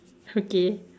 okay